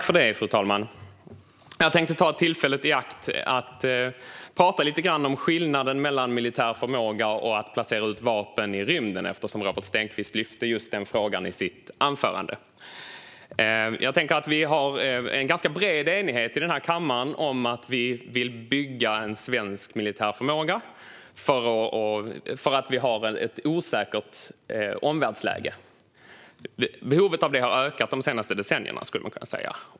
Fru talman! Jag tänkte ta tillfället i akt att prata lite grann om skillnaden mellan militär förmåga och att placera ut vapen i rymden, eftersom Robert Stenkvist lyfte just den frågan i sitt anförande. Jag tänker att vi har en ganska bred enighet i denna kammare om att vi vill bygga en svensk militär förmåga eftersom vi har ett osäkert omvärldsläge. Behovet av det har ökat de senaste decennierna, skulle man kunna säga.